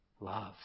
loves